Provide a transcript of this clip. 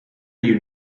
you